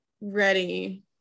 ready